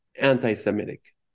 anti-Semitic